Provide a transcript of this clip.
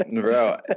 Bro